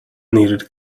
needed